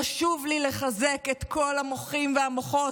חשוב לי לחזק את כל המוחים והמוחות,